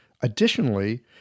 Additionally